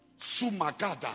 Sumagada